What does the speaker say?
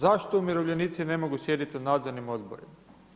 Zašto umirovljenici ne mogu sjediti u nadzornim odborima?